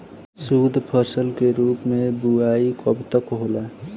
शुद्धफसल के रूप में बुआई कब तक होला?